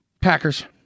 Packers